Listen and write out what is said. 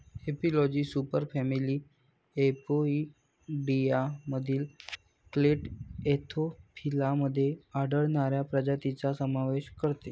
एपिलॉजी सुपरफॅमिली अपोइडियामधील clade Anthophila मध्ये आढळणाऱ्या प्रजातींचा समावेश करते